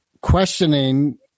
questioning